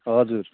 हजुर